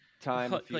time